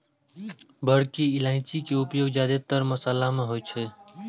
बड़की इलायची के उपयोग जादेतर मशाला मे होइ छै